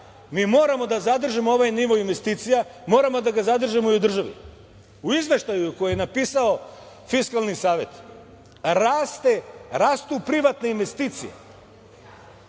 mi moramo da zadržimo ovaj nivo investicija, moramo da ga zadržimo i u državi. U izveštaju koji je napisao Fiskalni savet rastu privatne investicije.